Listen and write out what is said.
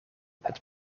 het